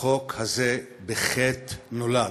החוק הזה בחטא נולד.